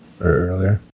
earlier